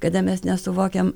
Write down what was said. kada mes nesuvokiam